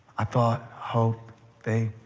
i but hoped they